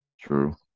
True